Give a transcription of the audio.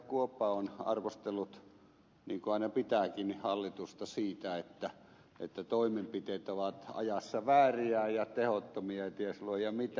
kuoppa ovat arvostelleet niin kuin aina pitääkin hallitusta siitä että toimenpiteet ovat ajassa vääriä ja tehottomia ja ties luoja mitä